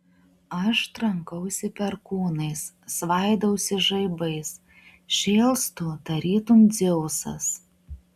aš trankausi perkūnais svaidausi žaibais šėlstu tarytum dzeusas